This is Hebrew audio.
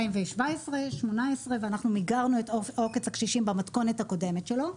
2018 ואנחנו מיגרנו את עוקץ הקשישים במתכונת הקודמת שלו.